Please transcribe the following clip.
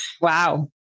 Wow